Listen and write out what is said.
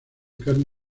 carne